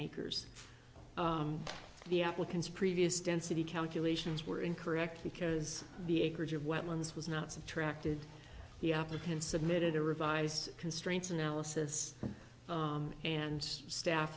acres the applicants previous density calculations were incorrect because the acreage of wetlands was not subtracted the african submitted a revised constraints analysis and staff